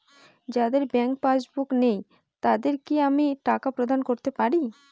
যাদের bank passbook নেই তাদের কি আমি টাকা প্রদান করতে পারি?